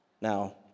Now